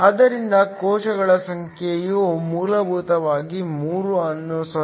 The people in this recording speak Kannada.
ಆದ್ದರಿಂದ ಕೋಶಗಳ ಸಂಖ್ಯೆಯು ಮೂಲಭೂತವಾಗಿ 3 ಅನ್ನು 0